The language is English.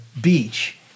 beach